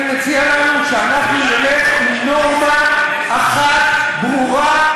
אני מציע לנו שאנחנו נלך עם נורמה אחת ברורה,